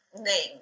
name